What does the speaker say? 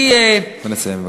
נא לסיים.